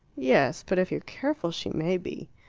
yes but if you're careful she may be.